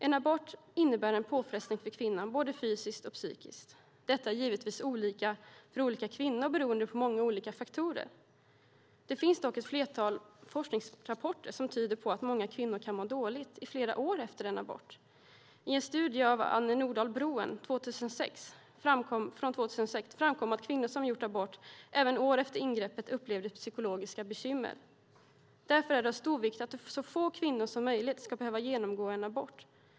En abort innebär en påfrestning för kvinnan både fysiskt och psykiskt. Det är givetvis olika för olika kvinnor beroende på många olika faktorer. Det finns dock ett flertal forskningsrapporter som tyder på att många kvinnor kan må dåligt i flera år efter en abort. I en studie av Anne Nordal Broen från 2006 framkom att kvinnor som gjort abort upplevde psykologiska bekymmer även år efter ingreppet. Därför är det av stor vikt att så få kvinnor som möjligt ska behöva genomgå en abort.